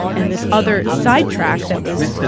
and this other side track that was,